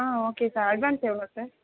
ஆ okay sir advance எவ்வளோ sir